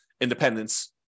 independence